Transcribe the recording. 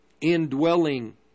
indwelling